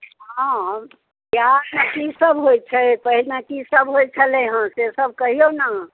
हँ बिहारमे कीसभ होइ छै पहिने कीसभ होइ छलैए सेसभ कहियौ ने